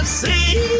see